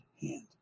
hand